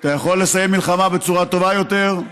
אתה יכול לסיים מלחמה בצורה טובה יותר,